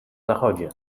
zachodzie